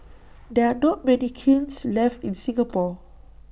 there are not many kilns left in Singapore